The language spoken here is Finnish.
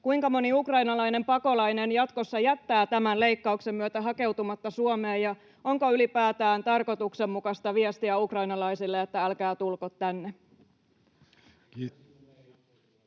kuinka moni ukrainalainen pakolainen jatkossa jättää tämän leikkauksen myötä hakeutumatta Suomeen ja onko ylipäätään tarkoituksenmukaista viestiä ukrainalaisille, että älkää tulko tänne.